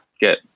get